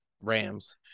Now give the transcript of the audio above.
Rams